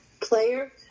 player